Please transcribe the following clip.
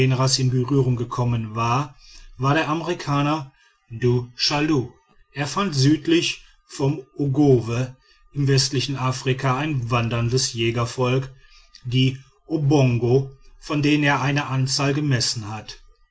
in berührung gekommen war war der amerikaner du chaillu er fand südlich vom ogowe im westlichen afrika ein wanderndes jägervolk die obongo von denen er eine anzahl gemessen hat